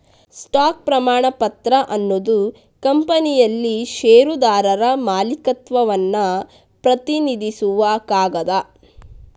stock ಪ್ರಮಾಣಪತ್ರ ಅನ್ನುದು ಕಂಪನಿಯಲ್ಲಿ ಷೇರುದಾರರ ಮಾಲೀಕತ್ವವನ್ನ ಪ್ರತಿನಿಧಿಸುವ ಕಾಗದ